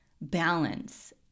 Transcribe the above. balance